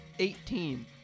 Eighteen